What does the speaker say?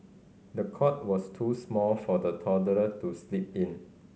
the cot was too small for the toddler to sleep in